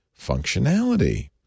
functionality